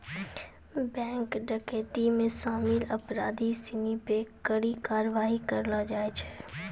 bank डकैती मे शामिल अपराधी सिनी पे कड़ी कारवाही करलो जाय छै